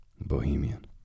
Bohemian